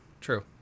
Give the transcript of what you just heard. true